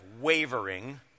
wavering